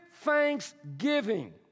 thanksgiving